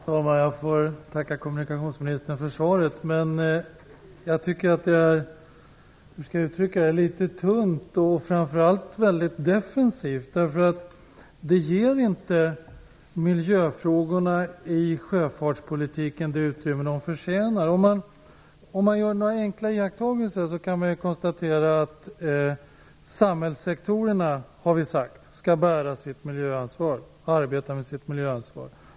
Fru talman! Jag får tacka kommunikationsministern för svaret. Jag tycker att det var litet tunt och framför allt väldigt defensivt. Det ger inte miljöfrågorna i sjöfartspolitiken det utrymme som de förtjänar. Låt oss göra några enkla iakttagelser. Samhällssektorerna, har vi sagt, skall bära sitt miljöansvar, arbeta med sitt miljöansvar.